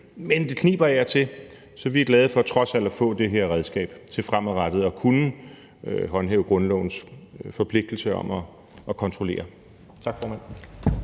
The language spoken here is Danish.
Men det kniber af og til, så vi er glade for trods alt at få det her redskab til fremadrettet at kunne håndhæve grundlovens forpligtelse om at kontrollere.